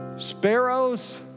sparrows